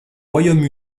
royaume